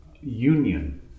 union